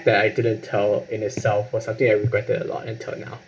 that I couldn't tell in itself was something I regretted a lot until now